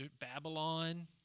Babylon